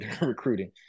recruiting